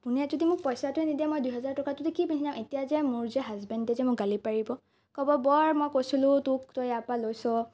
আপুনিয়ে যদি মোক পইচাটোৱে নিদিয়ে মই দুহেজাৰ টকাটোদি কি পিন্ধি যাম এতিয়া যে মোৰ যে হাজবেণ্ডে যে মোক গালি পাৰিব ক'ব বৰ মই কৈছিলোঁ তোক তই ইয়াৰ পৰা লৈছ